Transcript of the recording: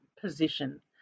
position